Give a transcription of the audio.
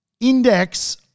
Index